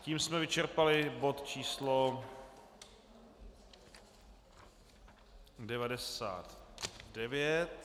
Tím jsme vyčerpali bod číslo 99.